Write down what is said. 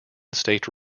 state